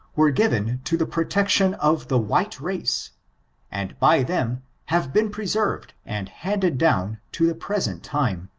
were given to the protection of the white race and by them have been preserved and handed down to the present time.